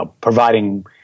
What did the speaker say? Providing